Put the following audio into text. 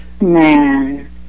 man